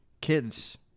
kids